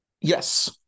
yes